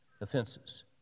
offenses